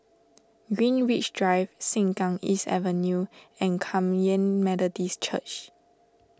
Greenwich Drive Sengkang East Avenue and Kum Yan Methodist Church